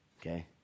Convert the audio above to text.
Okay